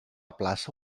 plaça